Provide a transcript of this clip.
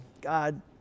God